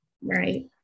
Right